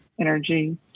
energy